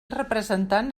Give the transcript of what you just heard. representant